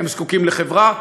הם זקוקים לחברה,